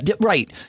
right